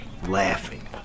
laughing